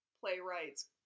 playwrights